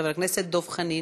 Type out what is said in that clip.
חבר הכנסת דב חנין,